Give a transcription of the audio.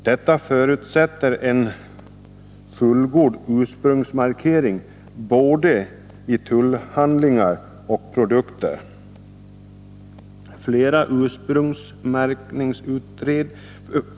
Detta förutsätter en fullgod ursprungsmarkering både i tullhandlingar och produkter.